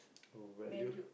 oh valued